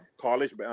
college